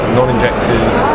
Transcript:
non-injectors